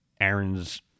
Aaron's